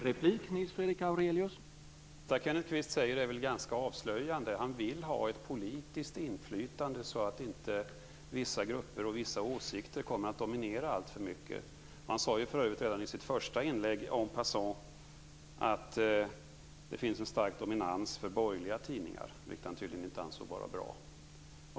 Herr talman! Det som Kenneth Kvist säger är ganska avslöjande. Han vill ha ett politiskt inflytande, så att inte vissa grupper och vissa åsikter kommer att dominera alltför mycket. Han sade ju för övrigt redan i sitt första inlägg, en passant, att det finns en stark dominans av borgerliga tidningar, vilket han tydligen inte ansåg vara bra.